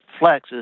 flexes